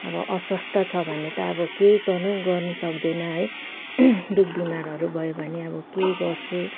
अस्वस्थ्य छ भने त अब केही गर्न गर्नु सक्दैन है दुखविमारहरू भयो भने अब केही गर्छु